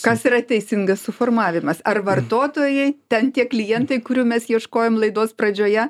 kas yra teisingas suformavimas ar vartotojai ten tie klientai kurių mes ieškojom laidos pradžioje